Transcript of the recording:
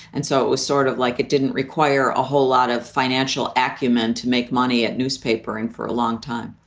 and so it was sort of like it didn't require a whole lot of financial acumen to make money at newspapering for ah long time